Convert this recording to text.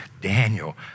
Daniel